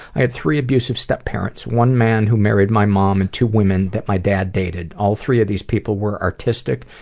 i had three abusive stepparents. one man who married my mom, and two women that my dad dated. all three of these people were artistic,